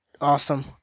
Awesome